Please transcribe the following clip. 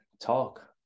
talk